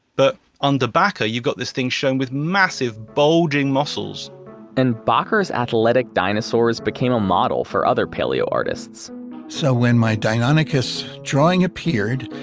but under bakker you've got this thing shown with massive bulging muscles and bakker's athletic dinosaurs became a model for other paleo artists so when my deinonychus drawing appeared,